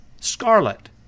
scarlet